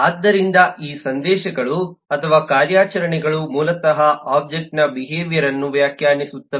ಆದ್ದರಿಂದ ಈ ಸಂದೇಶಗಳು ಅಥವಾ ಕಾರ್ಯಾಚರಣೆಗಳು ಮೂಲತಃ ಒಬ್ಜೆಕ್ಟ್ನ ಬಿಹೇವಿಯರ್ಯನ್ನು ವ್ಯಾಖ್ಯಾನಿಸುತ್ತವೆ